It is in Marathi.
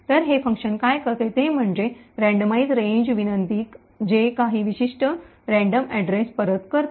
तर हे फंक्शन काय करते ते म्हणजे या यादृच्छिक श्रेणीची randomize range विनंती जे काही विशिष्ट यादृच्छिक पत्ता परत करते